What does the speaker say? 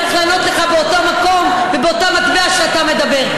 צריך לענות לך באותו מקום, באותה מטבע שאתה מדבר.